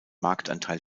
marktanteil